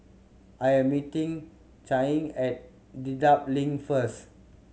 I am meeting Channing at Dedap Link first